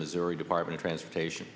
missouri department transportation